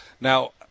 Now